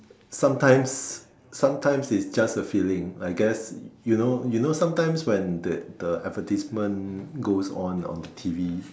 sometimes sometimes it's just a feeling I guess you know you know sometimes when that the advertisement goes on on the T_V